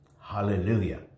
hallelujah